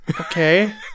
Okay